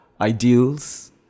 ideals